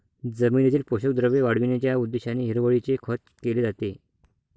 जमिनीतील पोषक द्रव्ये वाढविण्याच्या उद्देशाने हिरवळीचे खत केले जाते